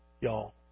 y'all